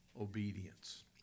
obedience